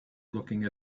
looking